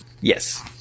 yes